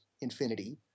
infinity